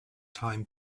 time